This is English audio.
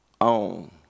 own